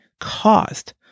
caused